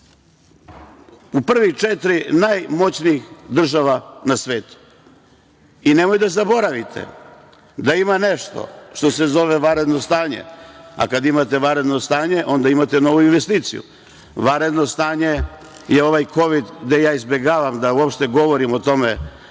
u prvih četiri najmoćnijih država na svetu. Nemojte da zaboravite da ima nešto što se zove vanredno stanje, a kad imate vanredno stanje, onda imate novu investiciju. Vanredno stanje je ovaj kovid, o čemu ja izbegavam uopšte da govorim, jer